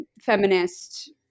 feminist